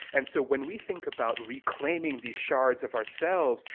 and so when we think about reclaiming these shards of ourselves,